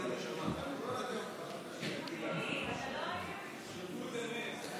וקבוצת סיעת יש עתיד-תל"ם לא נתקבלה.